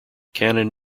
cannon